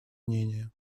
волнения